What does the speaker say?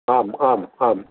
आम् आम् आम्